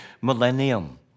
millennium